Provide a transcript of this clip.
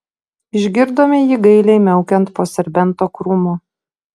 išgirdome jį gailiai miaukiant po serbento krūmu